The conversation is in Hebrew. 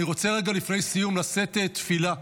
אני רוצה רגע לפני סיום לשאת תפילה.